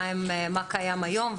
מה קיים כיום,